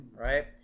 right